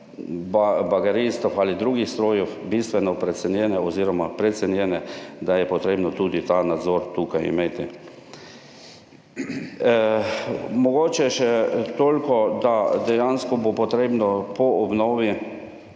bagristov ali drugih strojev bistveno precenjene oziroma precenjene, da je potrebno tudi ta nadzor tukaj imeti. Mogoče še toliko, da dejansko bo potrebno po obnovi